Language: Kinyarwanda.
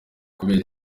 kubera